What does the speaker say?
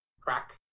crack